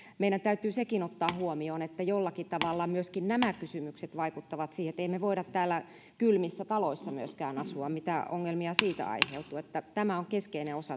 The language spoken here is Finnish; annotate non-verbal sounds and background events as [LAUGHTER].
meidän täytyy sekin ottaa huomioon että jollakin tavalla myöskin nämä kysymykset vaikuttavat siihen emme me voi täällä kylmissä taloissa myöskään asua mitä ongelmia siitä aiheutuu tämä on keskeinen osa [UNINTELLIGIBLE]